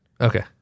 Okay